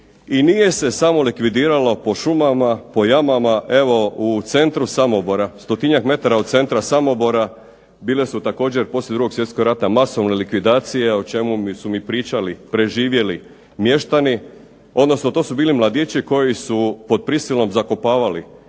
I nije se samo likvidiralo po šumama, po jamama, evo u centru Samobora, stotinjak metara od centra Samobora bile su također poslije 2. svjetskog rata masovne likvidacije o čemu su mi pričali preživjeli mještani, odnosno to su bili mladići koji su pod prisilom zakopavali